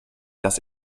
dass